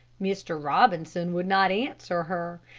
mr. robinson would not answer her.